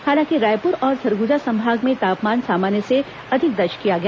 हालांकि रायपुर और सरगुजा संभाग में तापमान सामान्य से अधिक दर्ज किया गया